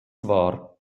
war